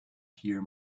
hear